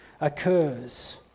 occurs